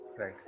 Right